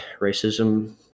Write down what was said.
racism